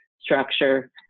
structure